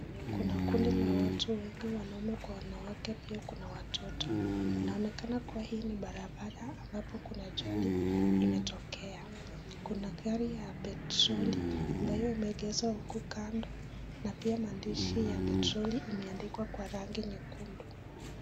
Kuna kundi la watu wengi, wanaume kwa wanawake na watoto. Inaonekana kuwa hili ninbarabnara ambapo kuna ajali imetokea. Kuna gari ya petroli amayo imeegezwa huku kando na pia maandishi ya petroli imeandikwa kwa rangi nyekundu.